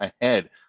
ahead